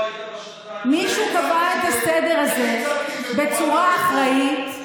מישהו קבע את הסדר הזה בצורה אחראית,